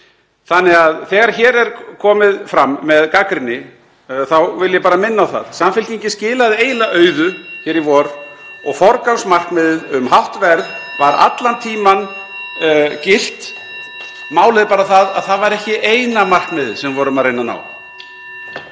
Þannig að þegar hér er komið fram með gagnrýni þá vil ég bara minna á að Samfylkingin skilaði eiginlega auðu í vor. (Forseti hringir.) Forgangsmarkmiðið um hátt verð var allan tímann gilt. Málið er bara að það var ekki eina markmiðið sem við vorum að reyna að ná.